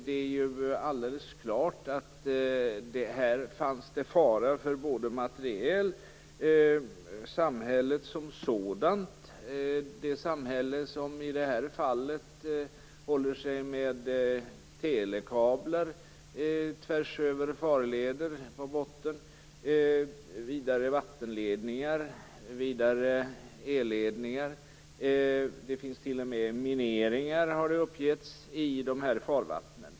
Det är alldeles klart att det här förelåg fara för både materiel och samhället som sådant. Det gällde telekablar på botten tvärs över farleder, vattenledningar och elledningar. Det har uppgetts att det t.o.m. finns mineringar i dessa farvatten.